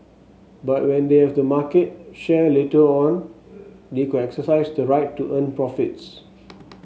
but when they have the market share later on they could exercise the right to earn profits